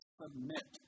submit